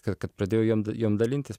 kad kad pradėjau jom jom dalintis